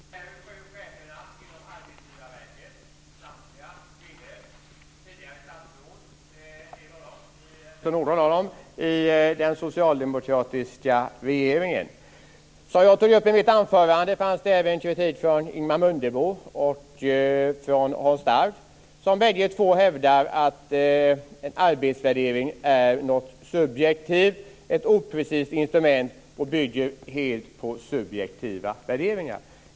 Herr talman! Det var intressant att höra hur lätt och snabbt Camilla Sköld Jansson avvisar den kritik som har framförts. De sju cheferna inom Arbetsgivarverket är samtliga kvinnor och någon av dem var tidigare statsråd i den socialdemokratiska regeringen. Som jag tog upp i mitt anförande fanns det även kritik från Ingemar Mundebo och från Hans Stark, som bägge två hävdar att en arbetsvärdering är någonting subjektivt, ett oprecist instrument som helt bygger på subjektiva värderingar.